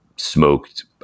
smoked